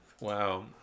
Wow